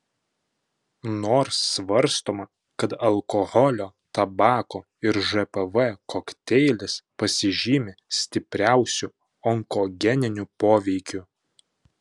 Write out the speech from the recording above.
nors svarstoma kad alkoholio tabako ir žpv kokteilis pasižymi stipriausiu onkogeniniu poveikiu